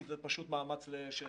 כי זה פשוט מאמץ מיותר.